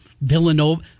Villanova